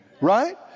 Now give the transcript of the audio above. Right